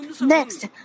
Next